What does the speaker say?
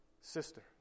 sister